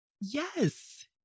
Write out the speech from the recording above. Yes